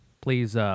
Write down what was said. please